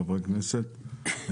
חברי הכנסת,